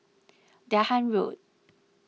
Dahan Road